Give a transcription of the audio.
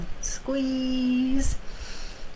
Squeeze